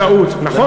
נכון.